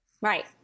Right